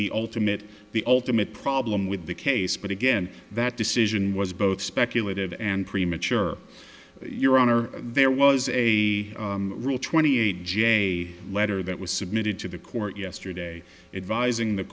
the ultimate the ultimate problem with the case but again that decision was both speculative and premature your honor there was a rule twenty eight a letter that was submitted to the court yesterday advising the